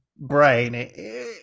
brain